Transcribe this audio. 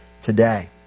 today